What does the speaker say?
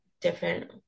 different